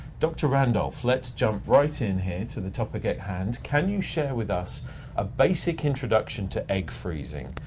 dr. randolph, let's jump right in here to the topic at hand. can you share with us a basic introduction to egg freezing?